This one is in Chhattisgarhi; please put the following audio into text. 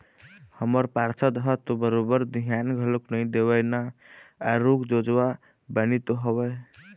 हमर पार्षद ह तो बरोबर धियान घलोक नइ देवय ना आरुग जोजवा बानी तो हवय